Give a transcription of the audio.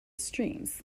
streams